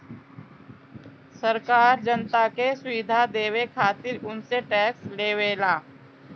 सरकार जनता के सुविधा देवे खातिर उनसे टेक्स लेवेला